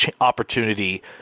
opportunity